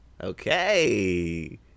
Okay